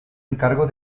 encargo